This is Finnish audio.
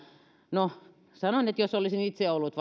no sanon että jos olisin itse ollut